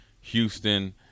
Houston